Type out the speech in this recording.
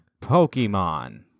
Pokemon